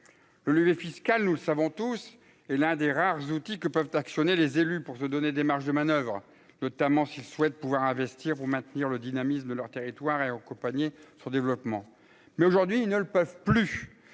le levier fiscal, nous le savons tous est l'un des rares outils que peuvent actionner les élus pour se donner des marges de manoeuvre, notamment s'ils souhaitent pouvoir investir pour maintenir le dynamisme de leur territoire et aux compagnies son développement, mais aujourd'hui ils ne le peuvent plus